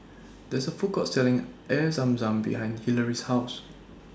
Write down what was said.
There IS A Food Court Selling Air Zam Zam behind Hilary's House